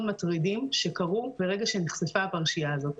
מטרידים שקרו ברגע שנחשפה הפרשייה הזאת.